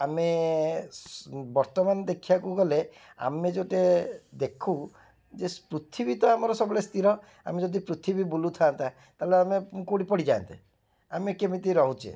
ଆମେ ବର୍ତ୍ତମାନ ଦେଖିଆକୁ ଗଲେ ଆମେ ଦେଖୁ ଯେ ପୃଥିବୀ ତ ଆମର ସବୁବେଳେ ସ୍ଥିର ଆମେ ଯଦି ପୃଥିବୀ ବୁଲୁଥାନ୍ତା ତାହାଲେ ଆମେ କୋଉଠି ପଡ଼ିଯାଆନ୍ତେ ଆମେ କେମିତି ରହୁଛେ